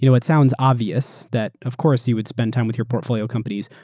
you know it sounds obvious that of course you would spend time with your portfolio companies.